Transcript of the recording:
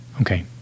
Okay